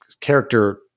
character